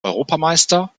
europameister